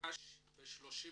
הוגש ב-31